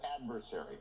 adversary